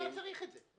בשביל מה צריך את זה?